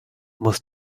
must